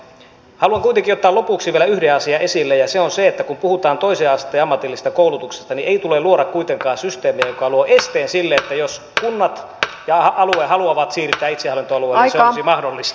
haluan kuitenkin ottaa lopuksi vielä yhden asian esille ja se on se että kun puhutaan toisen asteen ammatillisesta koulutuksesta niin ei tule luoda kuitenkaan systeemiä joka luo esteen sille että jos kunnat ja alue haluavat siirtää itsehallintoalueelle niin se ei olisi mahdollista